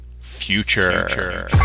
future